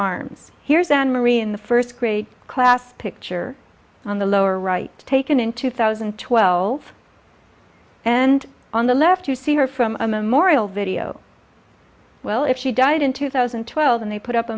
arms here's an marie in the first grade class picture on the lower right taken in two thousand and twelve and on the left you see her from a memorial video well if she died in two thousand and twelve and they put up a